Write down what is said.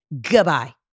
Goodbye